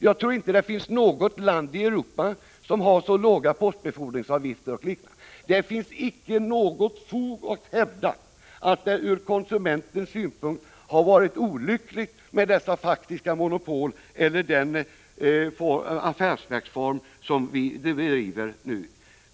Jag tror inte att det finns något land i Europa som har så låga postbefordringsavgifter. Det finns inget fog för att hävda att det ur konsumentens synpunkt har varit olyckligt med dessa faktiska monopol eller den affärsverksform som vi nu bedriver.